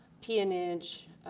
peonage,